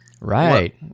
Right